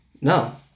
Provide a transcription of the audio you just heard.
No